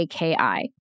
AKI